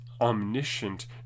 omniscient